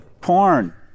porn